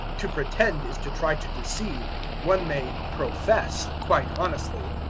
to pretend is to try to deceive one may profess quite honestly.